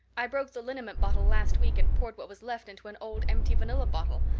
i broke the liniment bottle last week and poured what was left into an old empty vanilla bottle.